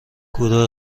گروه